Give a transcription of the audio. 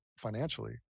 financially